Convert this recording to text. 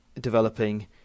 developing